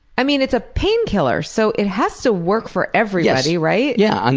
i mean, it's a pain killer so it has to work for everybody, right? yeah, and